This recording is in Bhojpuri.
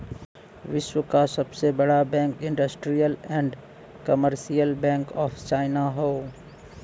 विश्व क सबसे बड़ा bank Industrial and Commercial Bank of China हौ